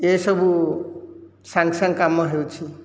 ଏସବୁ ସାଙ୍ଗେ ସାଙ୍ଗେ କାମ ହେଉଛି